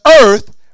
earth